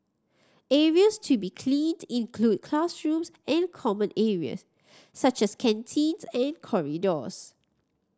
areas to be cleaned include classrooms and common areas such as canteens and corridors